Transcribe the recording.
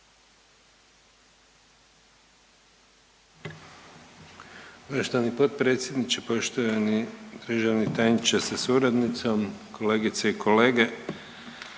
Poštovani potpredsjedniče, poštovani državni tajniče sa suradnicom, kolegice i kolege.